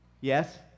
Yes